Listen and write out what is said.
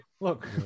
look